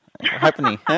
Happening